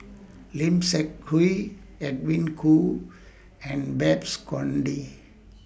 Lim Seok Hui Edwin Koo and Babes Conde